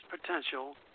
potential